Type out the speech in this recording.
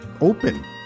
open